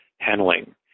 handling